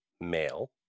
male